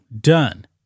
done